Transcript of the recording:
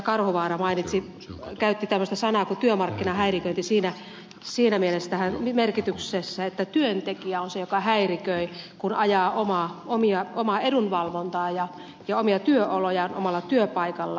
karhuvaara käytti tämmöistä sanaa kuin työmarkkinahäiriköinti siinä merkityksessä että työntekijä on se joka häiriköi kun hoitaa omaa edunvalvontaa ja omia työolojaan omalla työpaikallaan